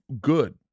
good